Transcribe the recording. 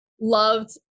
loved